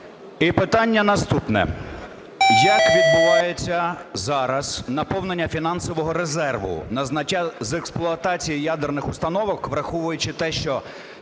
І питання наступне.